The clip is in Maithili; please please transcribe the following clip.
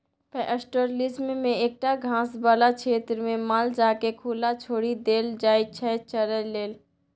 पैस्टोरलिज्म मे एकटा घास बला क्षेत्रमे माल जालकेँ खुला छोरि देल जाइ छै चरय लेल